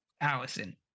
Allison